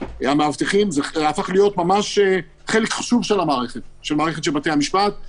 זה הפך להיות ממש חלק חשוב של המערכת של בתי המשפט,